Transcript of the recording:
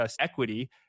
equity